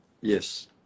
Yes